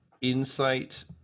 Insight